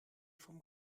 vom